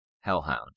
Hellhound